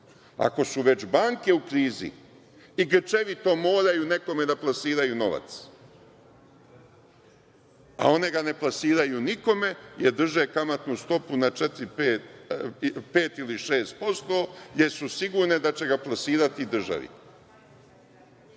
Ako su već banke u krizi i grčevito moraju nekome da plasiraju novac, a one ga ne plasiraju nikome, jer drže kamatnu stopu na 5% ili 6% jer su sigurne da će ga plasirati